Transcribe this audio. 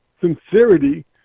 sincerity